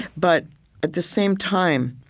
but at the same time,